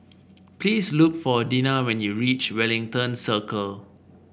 please look for Dina when you reach Wellington Circle